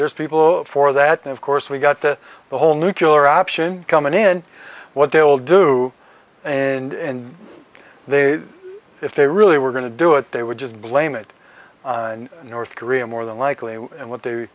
there's people for that and of course we've got the whole nucular option come in what they'll do in they if they really were going to do it they would just blame it on north korea more than likely and what they